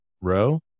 row